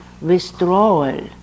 withdrawal